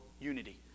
unity